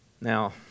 now